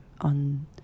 on